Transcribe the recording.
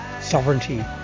sovereignty